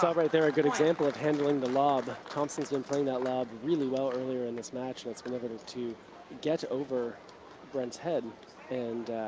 so right there, a good example of handling the lob. thompson's been playing that lob really well earlier in this match. that's been able to get over brent's head and